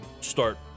start